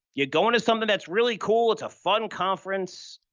you're going to something that's really cool. it's a fun conference.